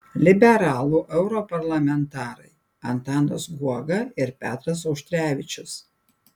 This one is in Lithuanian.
liberalų europarlamentarai antanas guoga ir petras auštrevičius